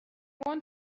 want